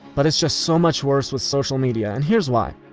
but it's just so much worse with social media, and here's why.